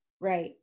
right